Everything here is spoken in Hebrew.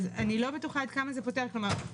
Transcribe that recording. איני בטוחה שזה פותר את הבעיה.